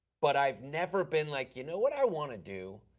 but i've never been like you know what i want to do?